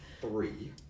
three